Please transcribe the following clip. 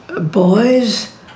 boys